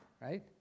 right